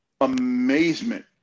amazement